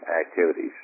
activities